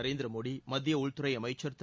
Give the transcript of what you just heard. நரேந்திர மோடி மத்திய உள்துறை அமைச்சர் திரு